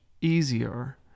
easier